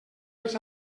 els